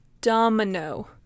domino